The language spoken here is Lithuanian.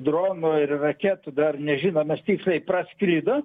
dronų ir raketų dar nežinom mes tiksliai praskrido